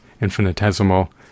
infinitesimal